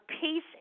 peace